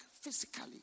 physically